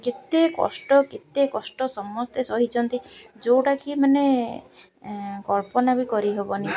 କେତେ କଷ୍ଟ କେତେ କଷ୍ଟ ସମସ୍ତେ ସହିଛନ୍ତି ଯେଉଁଟାକି ମାନେ କଳ୍ପନା ବି କରିହେବନି